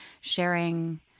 sharing